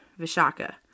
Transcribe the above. Vishaka